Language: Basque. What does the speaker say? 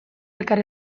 elkar